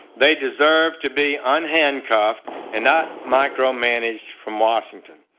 they deserve to be un-handcuffed and not micromanaged from washington.